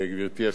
גברתי השרה,